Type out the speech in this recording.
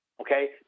okay